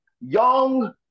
young